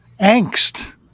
angst